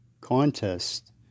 contest